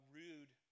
rude